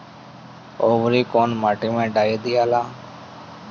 औवरी कौन माटी मे डाई दियाला?